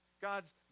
God's